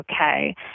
okay